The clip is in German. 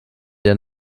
der